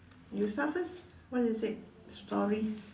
you start first what is it stories